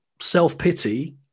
self-pity